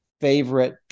favorite